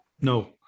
No